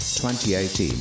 2018